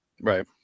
Right